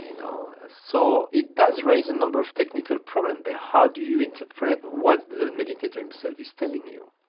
you know so it does raise a number of technical problems there how do you interpret what the meditator himself is telling you.